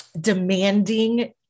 demanding